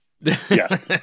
Yes